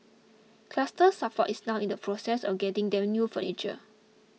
Cluster Suffer is now in the process of getting them new furniture